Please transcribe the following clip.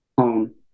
home